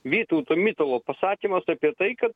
vytauto mitalo pasakymas apie tai kad